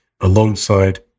alongside